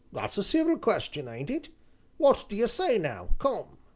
that's a civil question, ain't it what d'ye say now come?